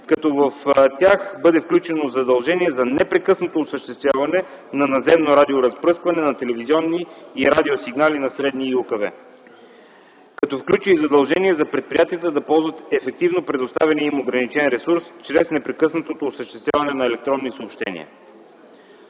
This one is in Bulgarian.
като в тях бъде включено задължение за непрекъснато осъществяване на наземно радиоразпръскване на телевизионни и радиосигнали на средни и УКВ вълни и задължение за предприятията да ползват ефективно предоставения им ограничен ресурс чрез непрекъснатото осъществяване на електронни съобщения.